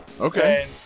Okay